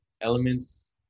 elements